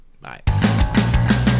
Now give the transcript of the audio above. Bye